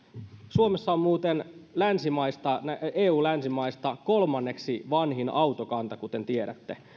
suomessa on muuten eu länsimaista kolmanneksi vanhin autokanta kuten tiedätte